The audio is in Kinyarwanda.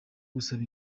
gusaba